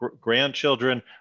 grandchildren